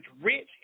rich